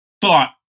thought